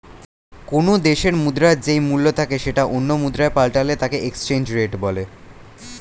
কোনো দেশের মুদ্রার যেই মূল্য থাকে সেটা অন্য মুদ্রায় পাল্টালে তাকে এক্সচেঞ্জ রেট বলে